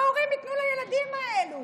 מה ההורים ייתנו לילדים האלה?